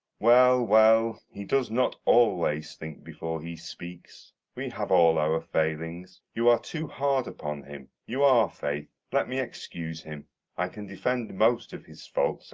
well, well, he does not always think before he speaks. we have all our failings you are too hard upon him, you are, faith. let me excuse him i can defend most of his faults,